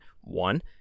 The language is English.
One